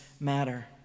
matter